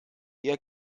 ihr